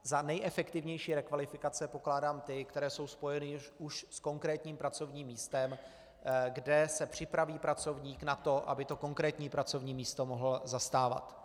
Za nejefektivnější rekvalifikace pokládám ty, které už jsou spojeny s konkrétním pracovním místem, kde se pracovník připraví na to, aby to konkrétní pracovní místo mohl zastávat.